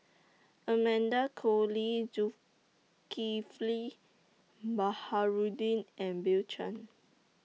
Amanda Koe Lee Zulkifli Baharudin and Bill Chen